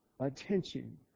attention